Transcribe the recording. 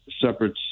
separate